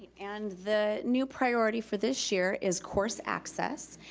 and the new priority for this year is course access.